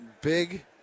big